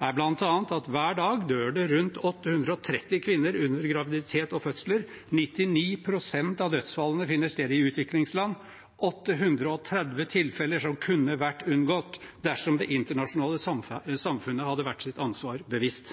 er bl.a. at hver dag dør det rundt 830 kvinner under graviditet og fødsel. 99 pst. av dødsfallene finner sted i utviklingsland – 830 tilfeller som kunne vært unngått dersom det internasjonale samfunnet hadde vært seg sitt ansvar bevisst.